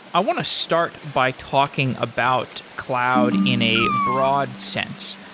i want to start by talking about cloud in a broad sense.